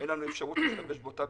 אין אפשרות להשתמש בהם.